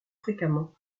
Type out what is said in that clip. fréquemment